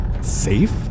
safe